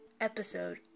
episode